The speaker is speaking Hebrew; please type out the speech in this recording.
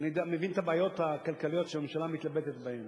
אני מבין את הבעיות הכלכליות שהממשלה מתלבטת בהן,